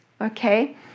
Okay